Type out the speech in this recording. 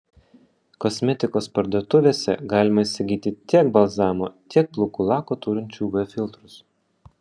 kosmetikos parduotuvėse galima įsigyti tiek balzamo tiek plaukų lako turinčių uv filtrus